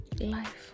life